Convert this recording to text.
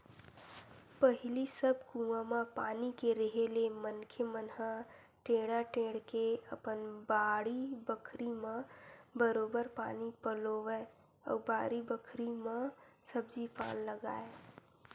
पहिली सब कुआं म पानी के रेहे ले मनखे मन ह टेंड़ा टेंड़ के अपन बाड़ी बखरी म बरोबर पानी पलोवय अउ बारी बखरी म सब्जी पान लगाय